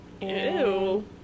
Ew